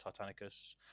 Titanicus